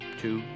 two